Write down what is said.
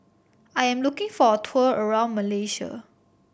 I am looking for a tour around Malaysia